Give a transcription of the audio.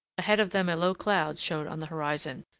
ahead of them a low cloud showed on the horizon,